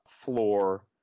floor